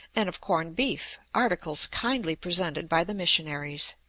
and of corned beef, articles kindly presented by the missionaries.